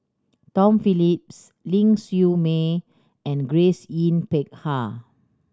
Tom Phillips Ling Siew May and Grace Yin Peck Ha